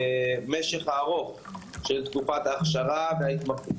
המשך הארוך של תקופת ההכשרה וההתמחות,